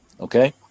okay